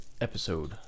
episode